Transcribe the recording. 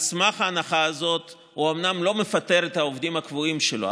על סמך ההנחה הזאת הוא אומנם לא מפטר את העובדים הקבועים שלו,